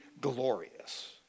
glorious